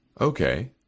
Okay